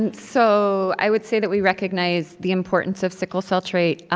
and so, i would say that we recognize the importance of sickle cell trait